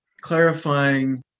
clarifying